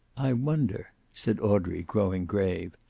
i wonder! said audrey, growing grave.